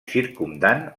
circumdant